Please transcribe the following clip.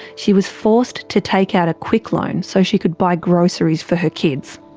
she was forced to take out a quick-loan so she could buy groceries for her kids.